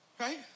right